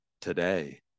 today